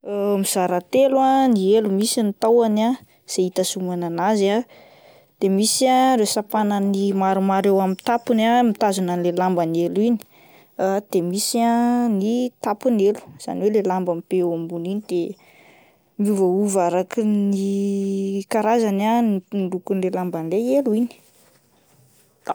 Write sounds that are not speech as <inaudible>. <hesitation> Mizara telo ah ny elo, misy ny tahony ah izay hitazomana an'azy ah de misy ireo sampanany maromar eo amin'ny tapony ah mitazona an'ilay lamban'elo iny de misy ah ny tapon'elo izany hoe ilay lambany be eo ambony igny de miovaova araka ny karazany ah ny lokon'ilay lamban'ilay elo iny. <noise>